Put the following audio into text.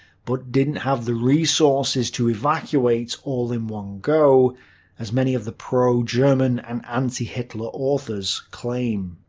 but didn't have the resources to evacuate all in one go as many of the pro-german and anti-hitler authors claim.